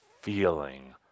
feeling